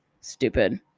Stupid